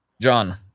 john